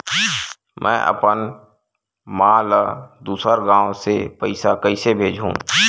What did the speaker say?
में अपन मा ला दुसर गांव से पईसा कइसे भेजहु?